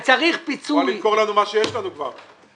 הוא בא למכור לך מה שכבר יש לנו.